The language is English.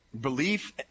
belief